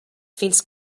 fins